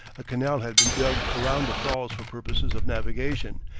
a canal had been dug around the falls for purposes of navigation,